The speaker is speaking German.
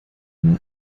mal